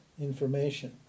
information